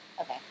Okay